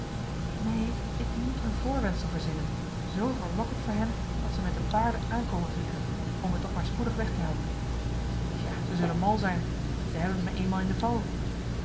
neen ik moet een voorwendsel verzinnen zoo verlokkend voor hen dat ze met de paarden aan komen vliegen om me toch maar spoedig weg te helpen ja ze zullen mal zijn ze hebben me eenmaal in de val